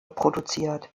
produziert